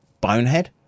Bonehead